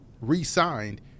re-signed